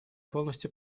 полностью